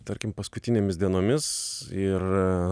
tarkim paskutinėmis dienomis ir